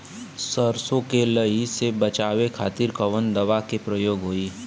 सरसो के लही से बचावे के खातिर कवन दवा के प्रयोग होई?